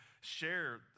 share